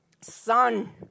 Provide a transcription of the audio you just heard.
Son